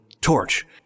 torch